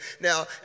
Now